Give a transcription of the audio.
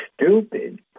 stupid